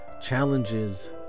challenges